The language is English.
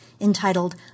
entitled